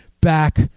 back